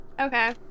Okay